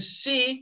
see